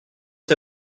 est